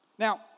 Now